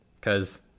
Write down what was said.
Cause